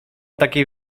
takiej